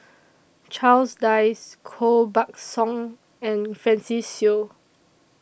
Charles Dyce Koh Buck Song and Francis Seow